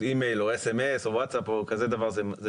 אי-מייל או סמס או ווטסאפ זה מספיק.